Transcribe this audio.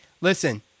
listen